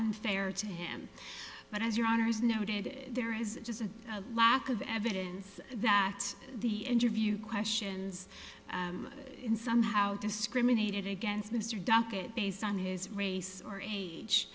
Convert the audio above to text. unfair to him but as your honour's noted there is just a lack of evidence that the interview questions in somehow discriminated against mr duckett based on his race or